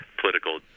political